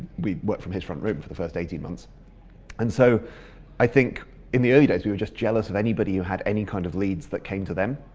we worked from his front room for the first eighteen months and so i think in the early days, we were just jealous of anybody who had any kind of leads that came to them,